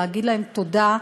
להגיד להם תודה,